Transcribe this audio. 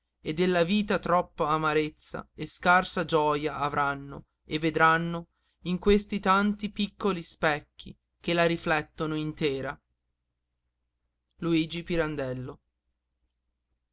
e della vita troppa amarezza e scarsa gioja avranno e vedranno in questi tanti piccoli specchi che la riflettono intera